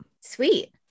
Sweet